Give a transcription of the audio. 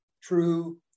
true